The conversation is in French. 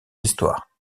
histoire